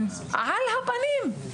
על הפנים.